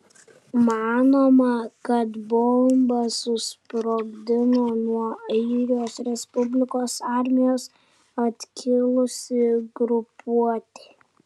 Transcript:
manoma kad bombą susprogdino nuo airijos respublikos armijos atskilusi grupuotė